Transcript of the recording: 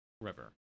river